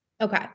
Okay